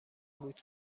بود